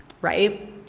right